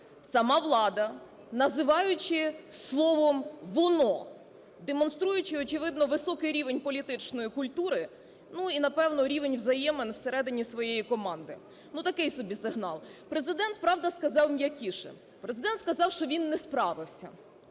сама влада, називаючи словом "воно", демонструючи, очевидно, високий рівень політичної культури, ну, і, напевно, рівень взаємин всередині своєї команди. Ну, такий собі сигнал. Президент, правда, сказав м'якіше. Президент сказав, що він не справився.